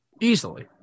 Easily